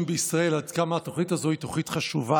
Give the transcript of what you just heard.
בישראל עד כמה התוכנית הזאת היא תוכנית חשובה.